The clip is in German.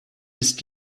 ist